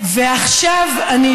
ועכשיו אני,